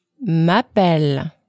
m'appelle